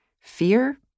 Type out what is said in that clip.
Fear